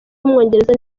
w’umwongereza